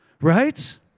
Right